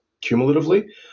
cumulatively